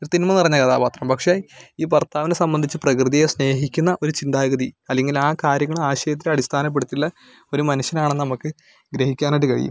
ഒരു തിന്മ നിറഞ്ഞ കഥാപാത്രം പക്ഷെ ഈ ഭർത്താവിനെ സമ്പന്ധിച്ച് പ്രകൃതിയെ സ്നേഹിക്കുന്ന ഒരു ചിന്താഗതി അല്ലെങ്കിൽ ആ കാര്യങ്ങള് ആശയത്തിലടിസ്ഥാനപ്പെടുത്തിയുള്ള ഒരു മനുഷ്യനാണെന്ന് നമുക്ക് ഗ്രഹിക്കാനായിട്ട് കഴിയും